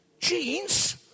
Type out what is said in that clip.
jeans